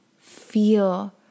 feel